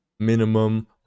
minimum